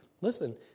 Listen